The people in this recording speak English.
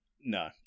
No